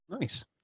nice